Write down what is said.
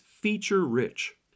feature-rich